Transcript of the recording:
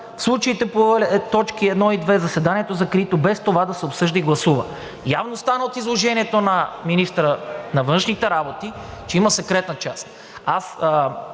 „Случаите по т. 1 и 2 заседанието е закрито, без това да се обсъжда и гласува.“ Явно стана от изложението на министъра на външните работи, че има секретна част. Аз